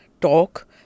talk